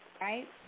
right